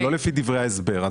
לא לפי דברי ההסבר.